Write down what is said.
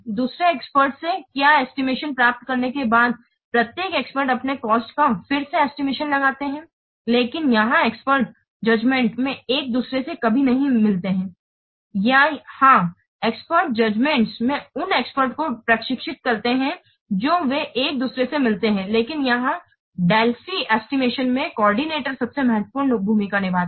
दूसरे एक्सपर्ट्स से क्या एस्टिमेशन प्राप्त करने के बाद प्रत्येक एक्सपर्ट्स अपने कॉस्ट का फिर से एस्टिमेशन लगाते हैं लेकिन यहाँ एक्सपर्ट्स जुडजेमेंट में एक दूसरे से कभी नहीं मिलते हैं या हाँ एक्सपर्ट्स जुडजेमेंट में उन एक्सपर्ट्स को प्रशिक्षित करते हैं जो वे एक दूसरे से मिलते हैं लेकिन यहाँ डेल्फी एस्टिमेशन में cordinator सबसे महत्वपूर्ण भूमिका निभाता है